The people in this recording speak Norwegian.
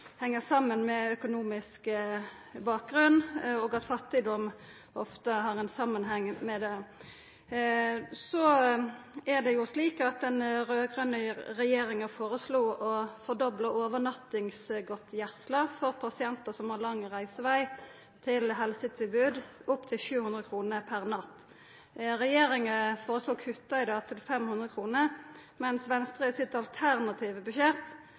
saman med økonomisk bakgrunn, men at fattigdom ofte har ein samanheng med det. Så er det jo slik at den raud-grøne regjeringa foreslo å fordobla overnattingsgodtgjersla for pasientar som har lang reiseveg til helsetilbod, opp til 700 kr per natt. Regjeringa foreslår å kutta det til 500 kr, mens Venstre i sitt alternative budsjett